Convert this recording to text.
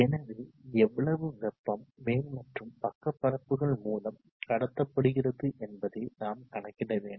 எனவே எவ்வளவு வெப்பம் மேல் மற்றும் பக்க பரப்புகள் மூலம் கடத்தப்படுகிறது என்பதை நாம் கணக்கிட வேண்டும்